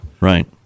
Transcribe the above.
Right